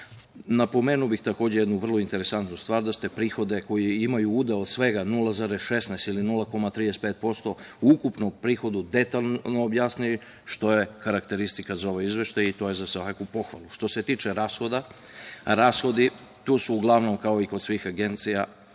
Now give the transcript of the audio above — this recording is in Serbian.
25,48%.Napomenuo bih takođe jednu vrlo interesantnu stvar, da ste prihode koji imaju udeo od svega 0,16 ili 0,35% ukupnog prihoda detaljno objasnili, što je karakteristika za ovaj izveštaj i to je za svaku pohvalu. Što se tiče rashoda, to su uglavnom, kao i kod svih agencija,